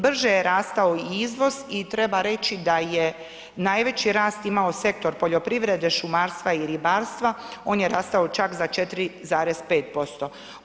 Brže je rastao i izvoz i treba reći da je najveći rast imao sektor poljoprivrede, šumarstva i ribarstva, on je rastao za čak 4,5%